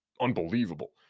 unbelievable